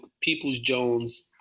Peoples-Jones